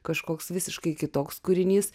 kažkoks visiškai kitoks kūrinys